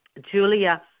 Julia